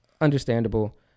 Understandable